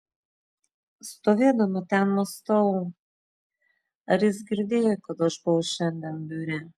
stovėdama ten mąstau ar jis girdėjo kad aš buvau šiandien biure